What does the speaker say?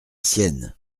sienne